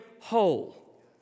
whole